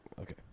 okay